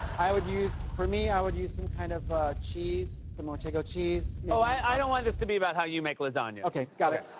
i would use for me, i would use some kind of cheese, some manchego cheese oh, i don't want this to be about how you make lasagna. okay, got it.